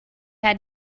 had